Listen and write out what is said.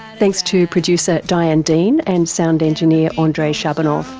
thanks to producer diane dean and sound engineer, ah andrei shabunov.